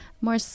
more